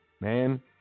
man